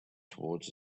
towards